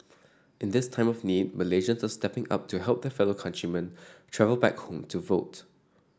in this time of need Malaysians are stepping up to help their fellow countrymen travel back home to vote